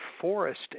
forest